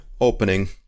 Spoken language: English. opening